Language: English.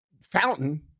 fountain